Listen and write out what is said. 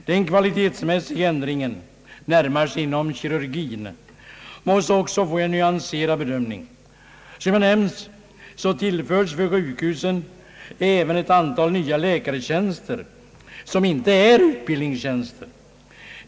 Den kvalitetsmässiga ändringen, närmast inom kirurgin, måste också få en nyanserad bedömning. Som nämnts tillföres sjukhusen även ett antal nya läkartjänster, som inte är utbildningstjänster.